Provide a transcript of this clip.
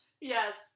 Yes